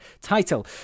title